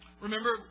Remember